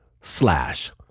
slash